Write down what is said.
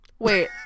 Wait